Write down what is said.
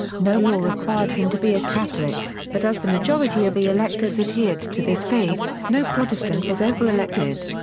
no law required him to be a catholic, but as the majority of the electors adhered to this faith, no protestant was ever elected.